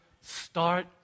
Start